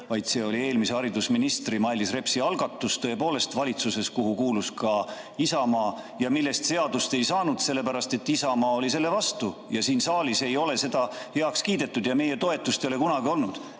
See oli eelmise haridusministri Mailis Repsi algatus valitsuses, kuhu tõepoolest kuulus ka Isamaa. Ja sellest seadust ei saanud, sellepärast et Isamaa oli selle vastu. Siin saalis ei ole seda heaks kiidetud ja meie toetust ei ole sellele kunagi olnud.